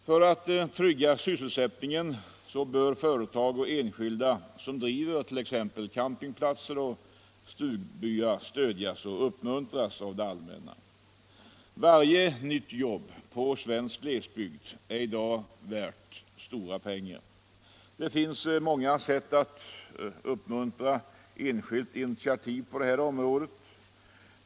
För att trygga sysselsättningen bör företag och enskilda, som driver t.ex. campingplatser och stugbyar, stödjas och uppmuntras av det allmänna. Varje nytt jobb på svensk glesbygd är i dag värt stora pengar. Det finns många sätt att uppmuntra enskilt initiativ på inom det här området.